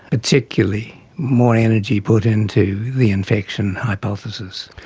particularly more energy put into the infection hypothesis.